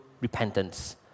repentance